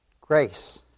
Grace